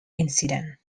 incident